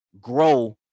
grow